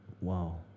Wow